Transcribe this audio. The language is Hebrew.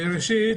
ראשית,